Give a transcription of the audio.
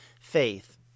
faith